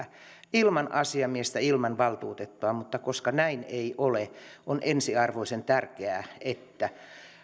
ilman asiamiestä ilman valtuutettua mutta koska näin ei ole on ensiarvoisen tärkeää että